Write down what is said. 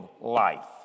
life